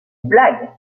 blague